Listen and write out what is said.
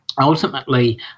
ultimately